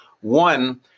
One